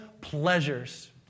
pleasures